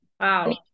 Wow